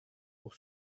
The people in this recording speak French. pour